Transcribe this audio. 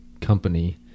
Company